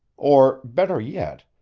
or, better yet,